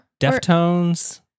Deftones